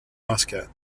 muscat